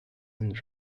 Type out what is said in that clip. and